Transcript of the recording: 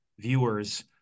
viewers